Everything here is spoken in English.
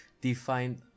defined